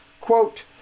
quote